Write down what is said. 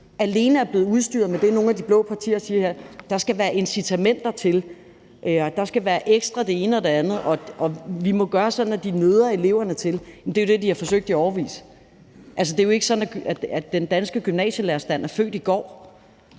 alene er blevet udstyret med det, som nogle af de blå partier siger her, altså at der skal være incitamenter til, at der skal være ekstra af det ene og det andet, og at vi må gøre det sådan, at de nøder eleverne til det. Men det er jo det, de har forsøgt i årevis. Altså, det er jo ikke sådan, at den danske gymnasielærerstand er født i går,